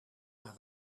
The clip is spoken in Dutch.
naar